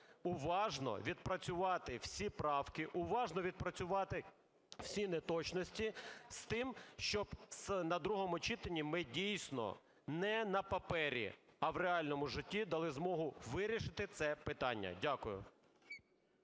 уважно відпрацювати всі правки, уважно відпрацювати всі неточності, з тим щоб на другому читанні ми дійсно не на папері, а в реальному житті, дали змогу вирішити це питання. Дякую.